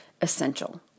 essential